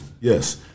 yes